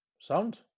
Sound